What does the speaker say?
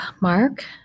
Mark